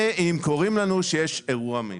או אם קוראים לנו כשיש אירוע מיוחד.